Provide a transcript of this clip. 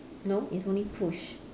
no it's only push